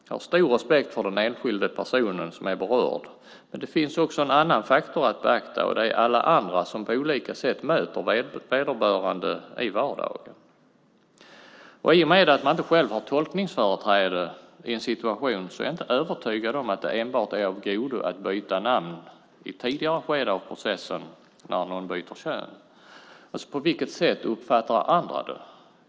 Jag har stor respekt för den enskilde personen som är berörd, men det finns också en annan faktor att beakta, och det är alla andra som på olika sätt möter vederbörande i vardagen. I och med att man inte själv har tolkningsföreträde i en situation är jag inte övertygad om att det enbart är av godo att byta namn i ett tidigare skede av processen när någon byter kön. På vilket sätt uppfattar andra det?